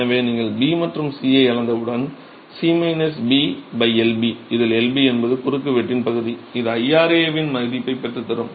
எனவே நீங்கள் B மற்றும் C ஐ அளந்தவுடன் C B lb இதில் lb என்பது குறுக்கு வெட்டின் பகுதி இது IRA வின் மதிப்பை பெற்று தரும்